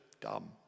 dumb